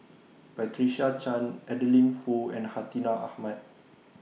Patricia Chan Adeline Foo and Hartinah Ahmad